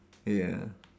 ya